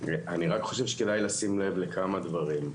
אני רק חושב שכדאי לשים לב לכמה דברים.